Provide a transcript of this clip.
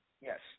yes